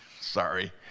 Sorry